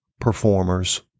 performers